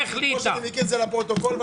אני כבר חוזר.